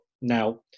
Now